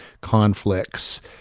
conflicts